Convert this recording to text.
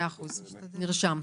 נרשם.